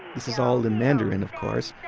this is all in mandarin, of course.